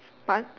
parts